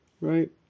right